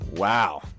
Wow